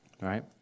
right